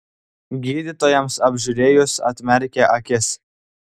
gydytojams apžiūrėjus atmerkė akis